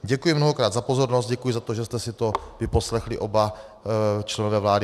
Děkuji mnohokrát za pozornost, děkuji za to, že jste si to vyposlechli oba členové vlády.